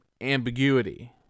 ambiguity